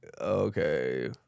okay